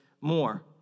more